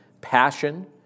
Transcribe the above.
passion